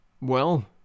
Well